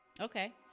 okay